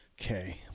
okay